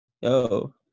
Yo